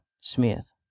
smith